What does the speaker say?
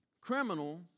criminal